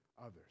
others